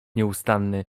nieustanny